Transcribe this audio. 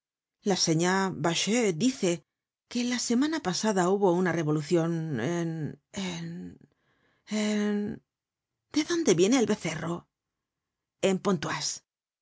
la señá bacheux dice que la semana pasada hubo una revolucion en en en de dónde viene el becerro en pontoise y